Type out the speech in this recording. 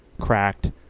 cracked